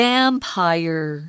Vampire